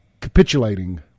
capitulating